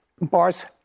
bars